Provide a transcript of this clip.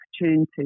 opportunities